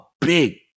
big